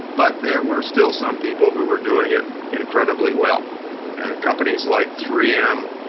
but there were still some people who were doing it incredibly well. and companies like three m,